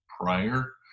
prior